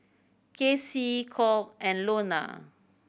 Kacie Colt and Lonna